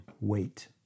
Wait